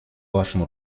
вашим